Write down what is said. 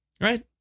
Right